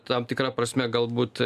tam tikra prasme galbūt